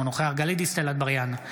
אינו נוכח גלית דיסטל אטבריאן,